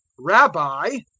rabbi,